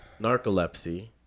Narcolepsy